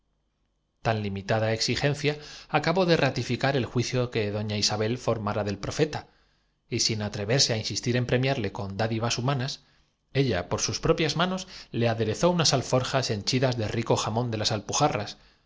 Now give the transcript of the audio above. tan limitada exigencia acabó de ratificar el juicio que doña isabel formara del profeta y sin atreverse á insistir en premiarle con dádivas humanas ella por sus propias manos le aderezó unas alforjas henchidas de rico jamón de las alpujarras